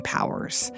Powers